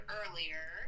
earlier